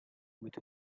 with